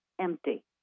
empty